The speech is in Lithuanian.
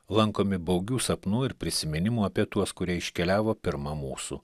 lankomi baugių sapnų ir prisiminimų apie tuos kurie iškeliavo pirma mūsų